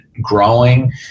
growing